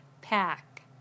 pack